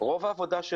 רוב העבודה,